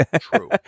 True